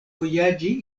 vojaĝi